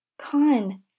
Con